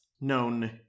known